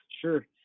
sure